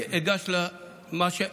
אני לא רוצה להקדים את המאוחר.